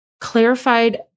clarified